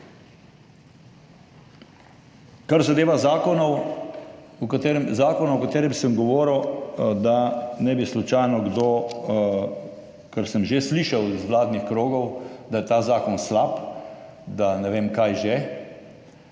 Kar zadeva zakon, o katerem sem govoril, da ne bi slučajno kdo rekel, kar sem že slišal iz vladnih krogov, da je ta zakon slab, da ne vem kaj že.